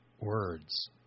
words